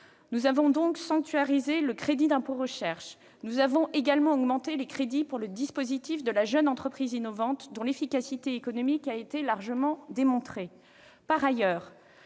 Nous avons sanctuarisé le crédit d'impôt recherche. Nous avons également augmenté les crédits en faveur du dispositif « Jeune entreprise innovante », dont l'efficacité économique a été largement démontrée. Par ailleurs,